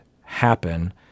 happen